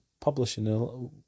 publishing